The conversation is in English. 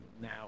now